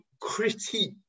critique